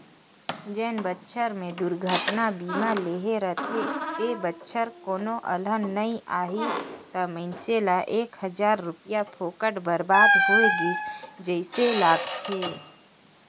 जेन बच्छर मे दुरघटना बीमा लेहे रथे ते बच्छर कोनो अलहन नइ आही त मइनसे ल एक हजार रूपिया फोकट बरबाद होय गइस जइसे लागथें